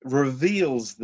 reveals